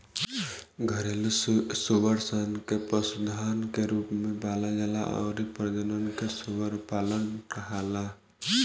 घरेलु सूअर सन के पशुधन के रूप में पालल जाला अउरी प्रजनन के सूअर पालन कहाला